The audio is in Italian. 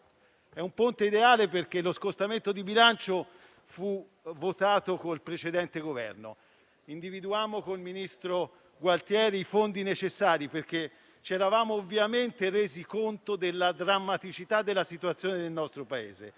È un ponte ideale perché lo scostamento di bilancio fu votato con il precedente Governo. Individuammo con il ministro Gualtieri i fondi necessari perché c'eravamo ovviamente resi conto della drammaticità della situazione del nostro Paese.